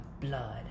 blood